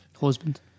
husband